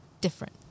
different